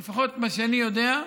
לפחות ממה שאני יודע.